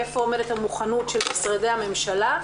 איפה עומדת המוכנות של משרדי הממשלה,